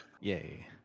Yay